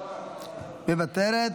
מוותרת.